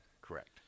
correct